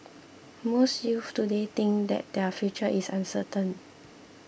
most youths today think that their future is uncertain